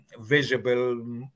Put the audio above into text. visible